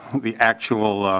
the actual